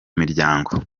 miryango